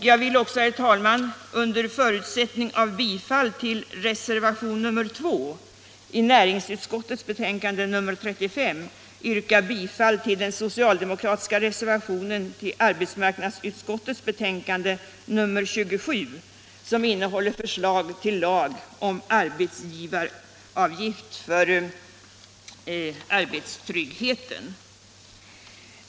Jag vill också, herr talman, under förutsättning av bifall till reservationen 2 vid näringsutskottets betänkande 35 yrka bifall till den socialdemokratiska reservationen vid arbetsmarknadsutskottets betänkande 27, som innehåller förslag till lag om arbetsgivaravgift för arbetstryggheten.